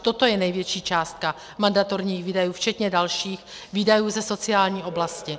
Toto je největší částka mandatorních výdajů včetně dalších výdajů ze sociální oblasti.